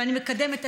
ואני מקדמת,